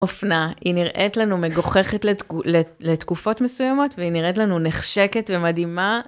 אופנה, היא נראית לנו מגוחכת לתקופות מסוימות והיא נראית לנו נחשקת ומדהימה.